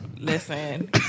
Listen